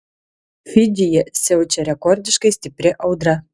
fidžyje siaučia rekordiškai stipri audra